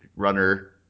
runner